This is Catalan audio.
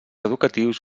educatius